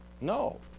No